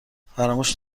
فراموش